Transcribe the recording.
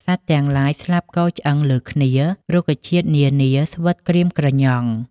សត្វទាំងឡាយស្លាប់គរឆ្អឹងលើគ្នា រុក្ខជាតិនានាស្វិតក្រៀមក្រញ៉ង់។